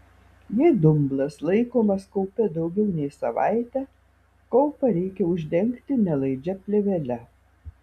jei dumblas laikomas kaupe daugiau nei savaitę kaupą reikia uždengti nelaidžia plėvele